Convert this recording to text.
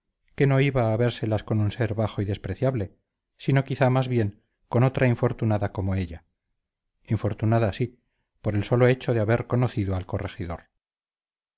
que no iba a habérselas con un ser bajo y despreciable sino quizá más bien con otra infortunada como ella infortunada sí por el solo hecho de haber conocido al corregidor